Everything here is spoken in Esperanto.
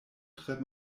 tre